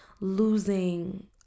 losing